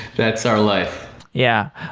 that's our life yeah.